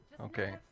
Okay